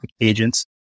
agents